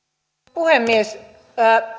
puhemies